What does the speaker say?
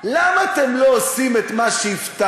למה אתם לא עושים את מה שהבטחתם?